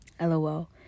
LOL